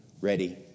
ready